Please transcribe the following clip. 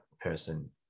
person